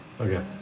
Okay